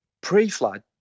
pre-flood